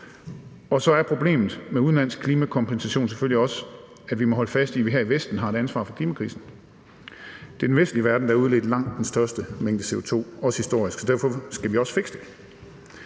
Og så er problemet med udenlandsk klimakompensation selvfølgelig også, at vi må holde fast i, at vi her i Vesten har et ansvar for klimakrisen. Det er den vestlige verden, der har udledt langt den største mængde CO2, også historisk, så derfor skal vi også fikse det.